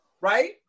Right